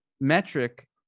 metric